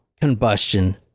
combustion